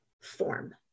form